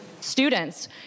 Students